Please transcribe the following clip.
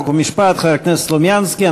חוק ומשפט חבר הכנסת סלומינסקי.